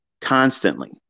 constantly